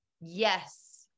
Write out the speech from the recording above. Yes